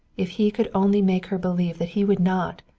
if he could only make her believe that he would not,